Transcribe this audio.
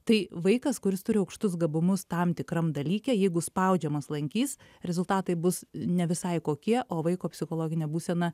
tai vaikas kuris turi aukštus gabumus tam tikram dalyke jeigu spaudžiamas lankys rezultatai bus ne visai kokie o vaiko psichologinė būsena